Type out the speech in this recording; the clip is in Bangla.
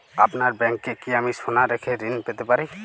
আপনার ব্যাংকে কি আমি সোনা রেখে ঋণ পেতে পারি?